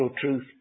truth